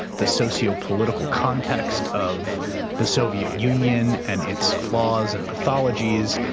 the sociopolitical context of the soviet union and its flaws and pathologies.